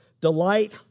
delight